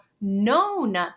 known